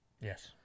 Yes